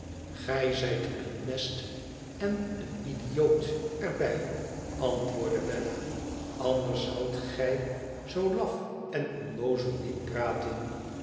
zijt een nest en een idioot er bij antwoordde bella anders zoudt gij zoo laf en onnoozel niet praten